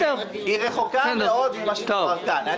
היא רחוקה מאוד ממה שתואר כאן.